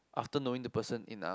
after knowing the person enough